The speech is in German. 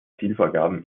zielvorgaben